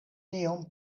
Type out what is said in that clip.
tiom